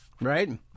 Right